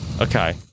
Okay